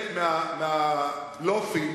מהבלופים